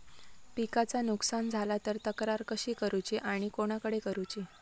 पिकाचा नुकसान झाला तर तक्रार कशी करूची आणि कोणाकडे करुची?